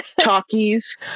talkies